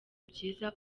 byiza